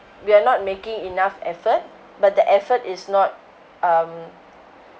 we're not making enough effort but the effort is not um